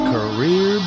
Career